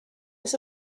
was